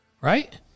right